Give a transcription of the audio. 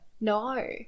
No